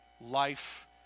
life